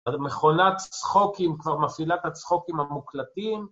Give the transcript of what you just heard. מכונת צחוקים כבר מפעילה את הצחוקים המוקלטים